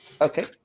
Okay